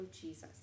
Jesus